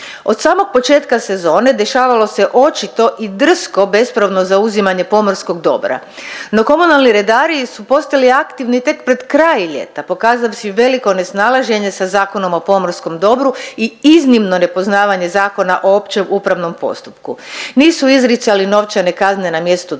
Od samog početka sezone dešavalo se očito i drsko bespravno zauzimanje pomorskog dobra, no komunalni redari su postali aktivni tek pred kraj ljeta pokazavši veliko nesnalaženje sa Zakonom o pomorskom dobru i iznimno nepoznavanje Zakona o općem upravnom postupku, nisu izricali novčane kazne na mjestu